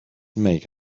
make